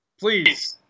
Please